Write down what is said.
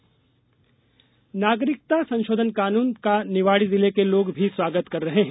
प्रतिक्रिया नागरिकता संशोधन कानून का निवाड़ी जिले के लोग भी स्वागत कर रहे हैं